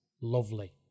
Lovely